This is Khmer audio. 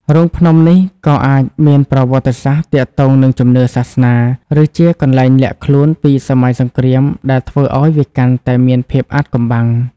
រូងភ្នំនេះក៏អាចមានប្រវត្តិសាស្ត្រទាក់ទងនឹងជំនឿសាសនា ឬជាកន្លែងលាក់ខ្លួនពីសម័យសង្គ្រាមដែលធ្វើឱ្យវាកាន់តែមានភាពអាថ៌កំបាំង។